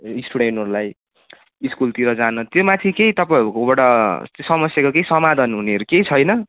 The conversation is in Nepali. यस स्टुडेन्टहरूलाई त्यो माथि केही तपाईँँहरूकोबाट त्यो समस्याको केही समाधान हुनेहरू केही छैन